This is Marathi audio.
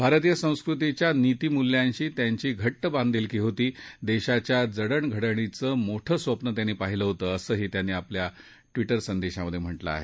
भारतीय संस्कृतीच्या नितीमूल्यांशी त्यांची घट्ट बांधिलकी होती देशाच्या जडणघडणीचं मोठं स्वप्न त्यांनी पाहीलं होतं असंही त्यांनी ट्विट मध्ये म्हटलं आहे